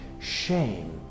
Shame